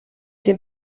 dem